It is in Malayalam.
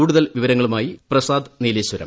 കൂടുതൽ വിവരങ്ങളുമായി പ്രസാദ് നീലേശ്വരം